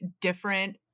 different